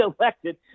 elected